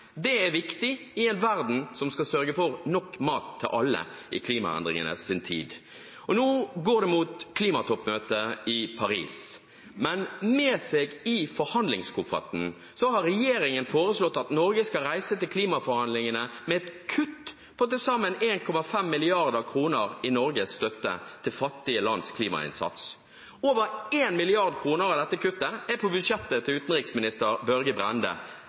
Det er viktig i en verden som skal sørge for nok mat til alle i klimaendringenes tid. Nå går det mot klimatoppmøtet i Paris. Regjeringen har foreslått at Norge skal reise til klimaforhandlingene med et kutt i forhandlingskofferten på til sammen 1,5 mrd. kr i støtten til fattige lands klimainnsats. Over 1 mrd. kr av dette kuttet er på budsjettet som utenriksminister Børge Brende